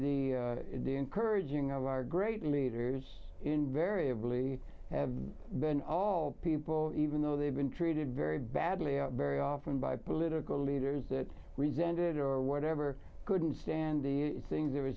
and the encouraging are great leaders invariably have been all people even though they've been treated very badly out very often by political leaders that resented or whatever couldn't stand the things